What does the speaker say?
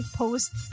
post